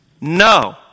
No